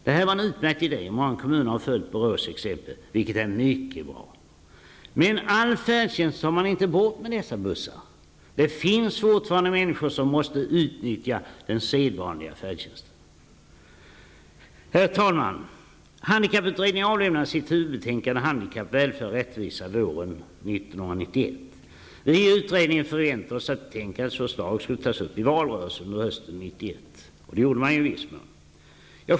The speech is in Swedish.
Det här var en utmärkt idé, och många kommuner har följt Borås exempel, vilket är mycket bra. Men all färdtjänst tar man inte bort med dessa bussar. Det finns fortfarande människor som måste utnyttja den sedvanliga färdtjänsten. Herr talman! Handikapputredningen avlämnade sitt huvudbetänkande Handikapp, Välfärd, Rättvisa våren 1991. Vi i utredningen förväntade oss att betänkandets förslag skulle tas upp i valrörelsen under hösten 1991, och det gjordes i viss mån.